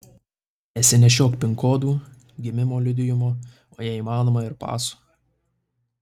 nesinešiok pin kodų gimimo liudijimo o jei įmanoma ir paso